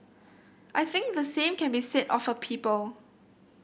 I think the same can be said of a people